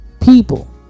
People